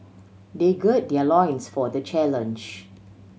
they gird their loins for the challenge